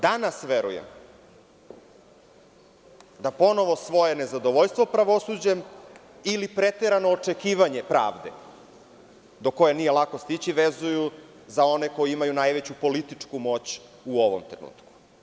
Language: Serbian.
Danas, verujem, da ponovo svoje nezadovoljstvo pravosuđem ili preterano očekivanje pravde, do koje nije lako stići, vezuju za one koji imaju najveću političku moć u ovom trenutku.